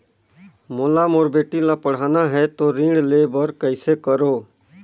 मोला मोर बेटी ला पढ़ाना है तो ऋण ले बर कइसे करो